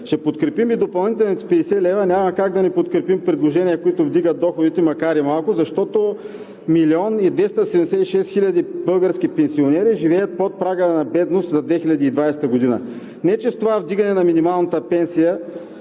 Ще подкрепим и допълнителните 50 лв. – няма как да не подкрепим предложения, които вдигат доходите, макар и малко, защото милион и 276 хиляди български пенсионери живеят под прага на бедност за 2020 г. Не че с това вдигане на минималната пенсия